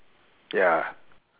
ya